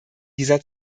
dieser